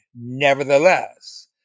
nevertheless